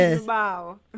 wow